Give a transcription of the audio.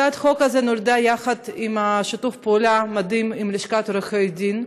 הצעת החוק הזאת נולדה בשיתוף פעולה מדהים עם לשכת עורכי הדין,